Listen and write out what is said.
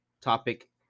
topic